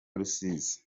rusizi